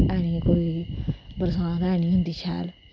ते बरसांत है नी होंदी शैल